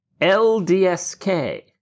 LDSK